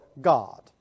God